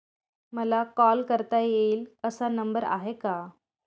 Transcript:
मला कॉल करता येईल असा नंबर आहे का?